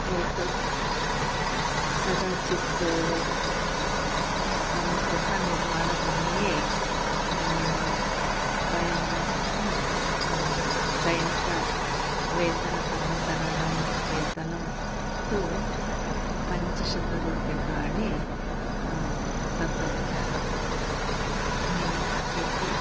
एकस्य एकं कदाचित् अस्माकं गृहनिर्माणसमये वयं दैनिकवेतकर्मकराणां वेतनं तु पञ्चशतरूप्यकाणि दत्तवन्तः हि इति